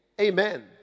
Amen